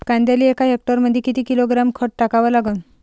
कांद्याले एका हेक्टरमंदी किती किलोग्रॅम खत टाकावं लागन?